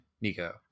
Nico